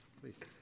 Please